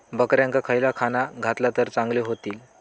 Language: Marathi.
बकऱ्यांका खयला खाणा घातला तर चांगल्यो व्हतील?